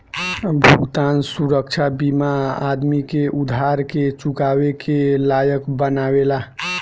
भुगतान सुरक्षा बीमा आदमी के उधार के चुकावे के लायक बनावेला